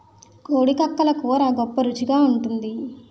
కోడి కక్కలు కూర గొప్ప రుచి గుంటాది